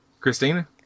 Christina